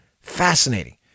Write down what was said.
Fascinating